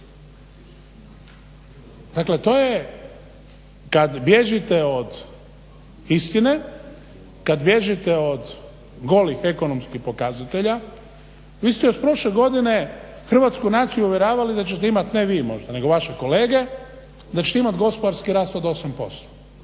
Dakle to je kada bježite od istine kada bježite od golih ekonomskih pokazatelja, vi ste još prošle godinu hrvatsku naciju uvjeravali da ćete imati, ne vi možda nego vaše kolege, da ćete imati gospodarski rast od 8%.